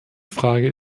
frage